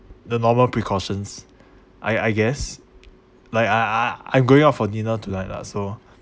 the normal precautions I I guess like I I I'm going out for dinner tonight lah so